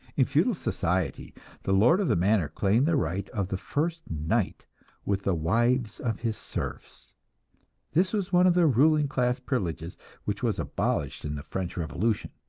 in feudal society the lord of the manor claimed the right of the first night with the wives of his serfs this was one of the ruling class privileges which was abolished in the french revolution.